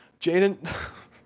Jaden